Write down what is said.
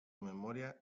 memoria